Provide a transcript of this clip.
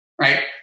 right